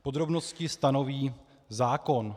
Podrobnosti stanoví zákon.